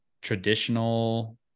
traditional